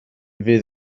fydd